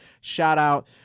Shout-out